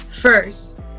first